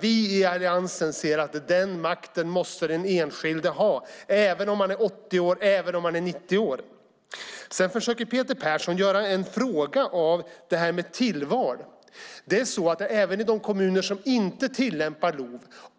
Vi i Alliansen anser däremot att den enskilde måste ha den makten, även om man är 80 eller 90 år. Sedan försöker Peter Persson göra en fråga av detta med tillval.